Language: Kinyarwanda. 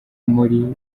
muri